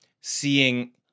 seeing